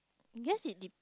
guess it